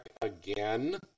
again